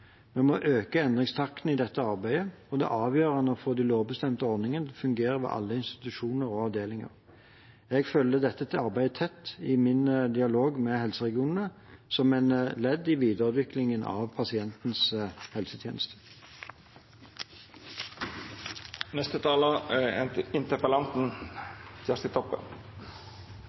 vi må øke endringstakten i dette arbeidet, og det er avgjørende å få de lovbestemte ordningene til å fungere ved alle institusjoner og avdelinger. Jeg følger dette arbeidet tett i min dialog med helseregionene som ledd i videreutviklingen av pasientens